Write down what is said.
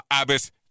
Abbas